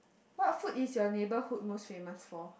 what food is your neighborhood most famous for